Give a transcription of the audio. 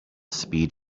speed